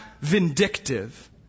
vindictive